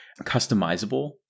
customizable